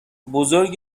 بزرگ